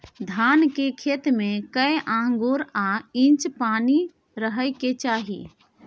धान के खेत में कैए आंगुर आ इंच पानी रहै के चाही?